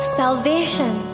salvation